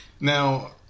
Now